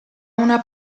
una